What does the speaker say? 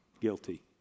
Guilty